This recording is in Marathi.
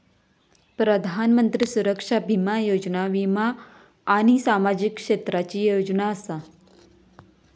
प्रधानमंत्री सुरक्षा बीमा योजना वीमा आणि सामाजिक क्षेत्राची योजना असा